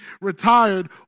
retired